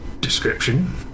description